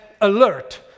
alert